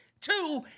Two